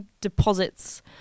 deposits